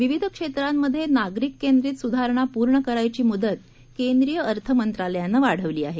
विविधक्षेत्रांमध्येनागरिककेंद्रीतसुधारणापूर्णकरायचीमुदतकेंद्रीय अर्थमंत्रालयानंवाढवलीआहे